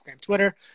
Twitter